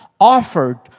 offered